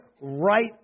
right